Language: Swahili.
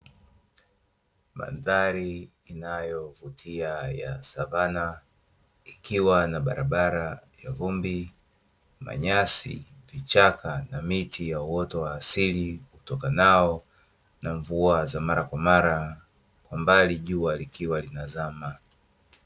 Mandhari inayovutia ya Savana, ikiwa na barabara ya vumbi, manyasi, vichaka na miti ya uoto wa asili utokanao na mvua za mara kwa mara, kwa mbali jua likiwa linazama.